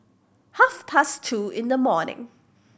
half past two in the morning